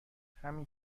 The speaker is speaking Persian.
همین